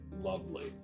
Lovely